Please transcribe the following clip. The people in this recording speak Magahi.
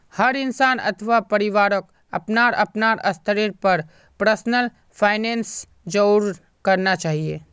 हर इंसान अथवा परिवारक अपनार अपनार स्तरेर पर पर्सनल फाइनैन्स जरूर करना चाहिए